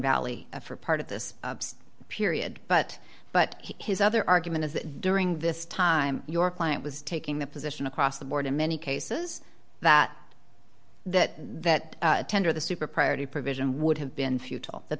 valley for part of this period but but his other argument is that during this time your client was taking the position across the board in many cases that that that tender the super priority provision would have been futile that